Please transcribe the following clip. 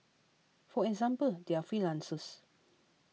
for example they are freelancers